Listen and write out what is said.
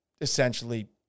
essentially